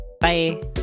Bye